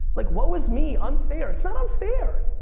like, woe is me, unfair! it's not unfair!